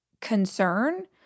concern